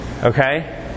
Okay